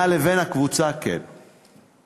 שבינה לבין הקבוצה, כן.